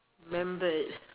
member